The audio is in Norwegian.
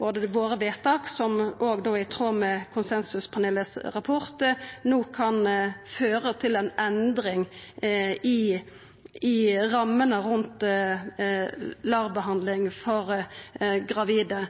våre vedtak, som òg då er i tråd med konsensuspanelet sin rapport, no kan føra til ei endring i rammene rundt LAR-behandling for gravide.